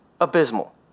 abysmal